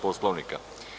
Poslovnika?